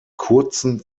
kurzen